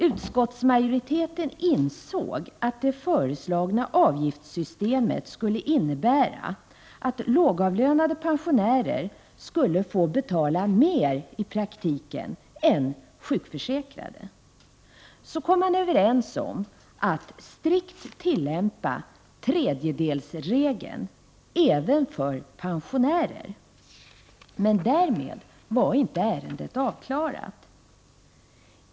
Utskottsmajoriteten insåg att det föreslagna avgiftssystemet skulle innebära att lågavlönade pensionärer i praktiken fick betala mer än sjukförsäkrade. Därför kom man överens om att strikt tillämpa tredjedelsregeln även för pensionärer. Men därmed var ärendet inte avklarat.